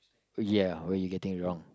ya what you getting wrong